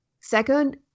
Second